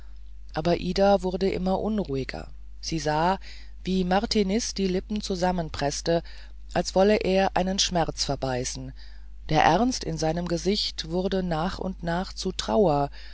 aber ida wurde immer unruhiger sie sah wie martiniz die lippen zusammenpreßte als wolle er einen schmerz verbeißen der ernst in seinem gesicht wurde nach und nach zur trauer